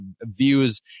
views